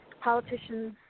politicians